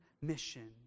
mission